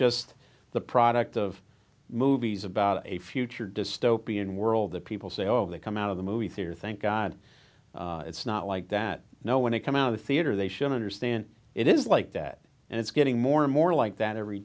just the product of movies about a future dystopian world that people say oh they come out of the movie theater thank god it's not like that no when it come out of the theater they should understand it is like that and it's getting more and more like that every